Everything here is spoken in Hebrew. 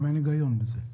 גם אין היגיון בזה.